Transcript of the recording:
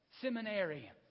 seminary